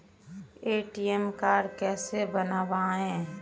ATM card कैसे बनवाएँ?